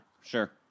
Sure